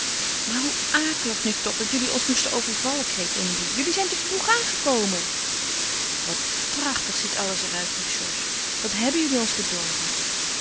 maar hoe akelig nu toch dat jullie ons moesten overvallen kreet emilie jullie zijn te vroeg aangekomen wat prachtig ziet alles er uit riep georges wat hebben jullie ons bedorven